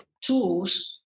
tools